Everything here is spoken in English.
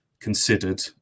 considered